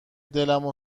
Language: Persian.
دلمو